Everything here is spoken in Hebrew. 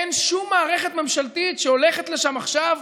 אין שום מערכת ממשלתית שהולכת לשם עכשיו,